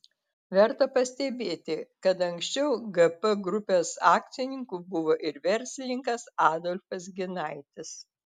verta pastebėti kad anksčiau gp grupės akcininku buvo ir verslininkas adolfas ginaitis